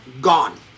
gone